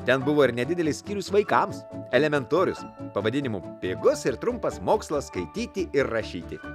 ten buvo ir nedidelis skyrius vaikams elementorius pavadinimu pigus ir trumpas mokslas skaityti ir rašyti